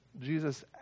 Jesus